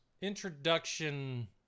introduction